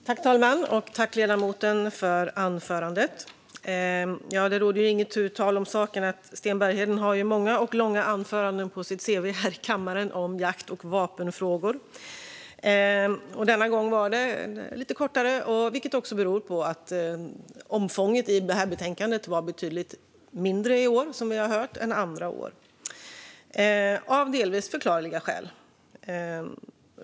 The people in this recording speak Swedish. Herr talman! Tack, ledamoten, för anförandet! Det är inte tu tal om saken - Sten Bergheden har många och långa anföranden om jakt och vapenfrågor här i kammaren på sitt cv. Denna gång var det lite kortare, vilket också beror på att omfånget av betänkandet, som vi har hört, var betydligt mindre i år än andra år - av delvis förklarliga skäl.